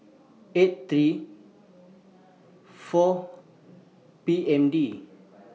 eight three four P M D